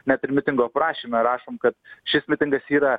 net ir mitingo aprašyme rašom kad šis mitingas yra